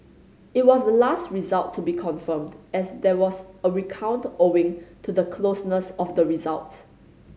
it was the last result to be confirmed as there was a recount owing to the closeness of the results